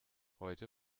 heute